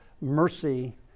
Mercy